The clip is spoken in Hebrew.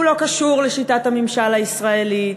הוא לא קשור לשיטת הממשל הישראלית,